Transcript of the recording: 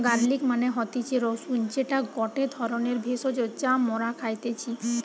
garlic মানে হতিছে রসুন যেটা গটে ধরণের ভেষজ যা মরা খাইতেছি